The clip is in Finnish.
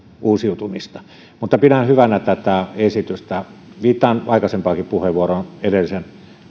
uusiutumista pidän hyvänä tätä esitystä viittaan aikaisempaankin puheenvuorooni edellisen